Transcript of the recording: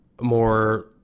more